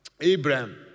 Abraham